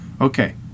okay